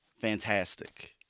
Fantastic